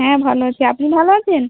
হ্যাঁ ভালো আছি আপনি ভালো আছেন